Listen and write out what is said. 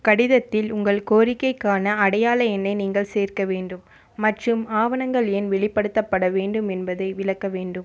கடிதத்தில் உங்கள் கோரிக்கைக்கான அடையாள எண்ணை நீங்கள் சேர்க்க வேண்டும் மற்றும் ஆவணங்கள் எண் வெளிப்படுத்தப்பட வேண்டும் என்பதை விளக்க வேண்டும்